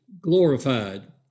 glorified